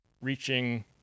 reaching